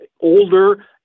older